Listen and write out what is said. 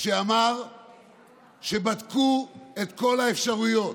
שאמר שבדקו את כל האפשרויות,